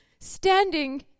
standing